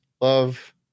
love